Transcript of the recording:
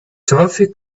toffee